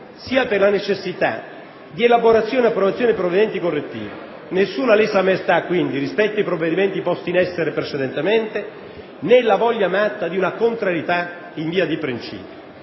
sia per la necessità di elaborazione ed approvazione di provvedimenti correttivi. Nessuna lesa maestà, quindi, rispetto ai provvedimenti posti in essere precedentemente, né la voglia matta di una contrarietà in via di principio.